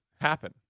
happen